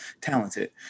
talented